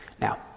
Now